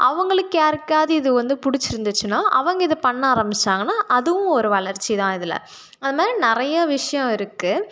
அவங்களுக்கு யாருக்காவது இது வந்து பிடிச்சிருந்துச்சுனா அவங்க இதை பண்ண ஆரம்பிச்சாங்கன்னா அதுவும் ஒரு வளர்ச்சிதான் இதில் அதுமாதிரி நிறைய விஷயம் இருக்குது